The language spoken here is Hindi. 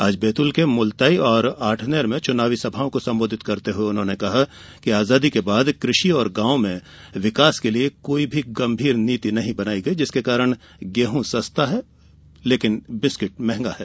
आज बैतूल के मुलताई और आठनेर में चुनावी सभाओं को संबोधित करते हुए उन्होंने कहा कि आजादी के बाद कृषि और गांव में विकास के लिए कोई गंभीर नीति नहीं बनाई गई जिसके कारण गेहूं सस्ता है परंतु बिस्कुट महंगा है